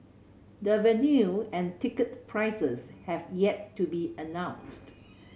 the venue and ticket prices have yet to be announced